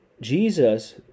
Jesus